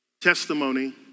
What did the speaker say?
Testimony